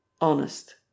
Honest